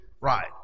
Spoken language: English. Right